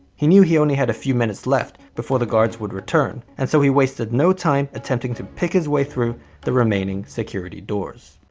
he knew he only had a few minutes left before the guards would return, and so he wasted no time attempting to pick his way through the remaining security doors.